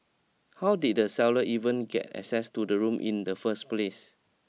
how did the seller even get access to the room in the first place